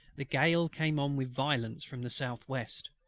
the gale came on with violence from the south-west,